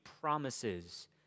promises